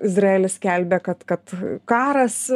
izraelis skelbia kad kad karas